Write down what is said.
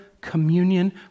communion